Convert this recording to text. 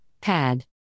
Pad